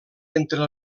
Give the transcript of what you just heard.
entre